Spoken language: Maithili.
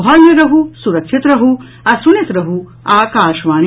घर मे रहू सुरक्षित रहू आ सुनैत रहू आकाशवाणी